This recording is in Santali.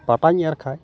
ᱯᱟᱴᱟᱧ ᱮᱨ ᱠᱷᱟᱱ